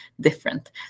different